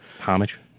Homage